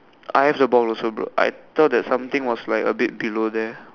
I have the ball also bro I thought that something was like a bit below there